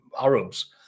Arabs